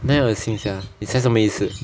哪里有恶心 sia 你现在什么意思